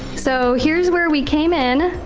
so here's where we came in.